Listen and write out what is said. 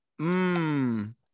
Mmm